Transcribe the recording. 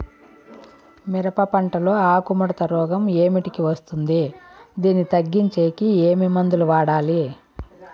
మిరప పంట లో ఆకు ముడత రోగం ఏమిటికి వస్తుంది, దీన్ని తగ్గించేకి ఏమి మందులు వాడాలి?